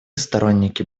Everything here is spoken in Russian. сторонники